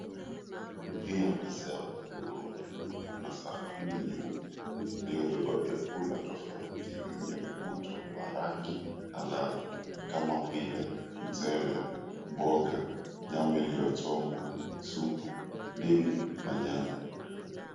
Juu ya meza ya hudhurungi kuna sahani nyeupe iliyobeba vyakula tofauti vyenye mvuto wa rangi na ladha kama vile mchele, mboga, nyama iliyochomwa, supu, ndimu na nyanya.